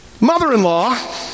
Mother-in-law